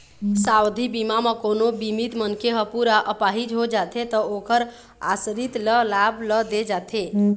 सावधि बीमा म कोनो बीमित मनखे ह पूरा अपाहिज हो जाथे त ओखर आसरित ल लाभ ल दे जाथे